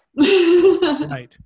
Right